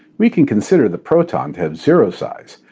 we can consider the proton to have zero size,